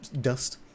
dust